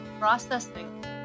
processing